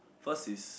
first is